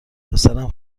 پسرم